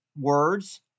words